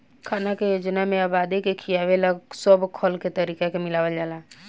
खाना के योजना में आबादी के खियावे ला सब खल के तरीका के मिलावल जाला